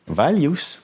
values